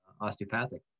osteopathic